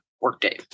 Workday